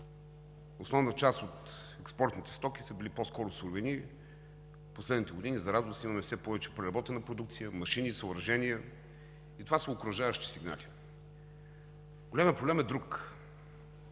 основна част от експортните стоки са били по-скоро сувенири. В последните години, за радост, имаме все повече преработена продукция, машини, съоръжения, и това са окуражаващи сигнали. Големият проблем е друг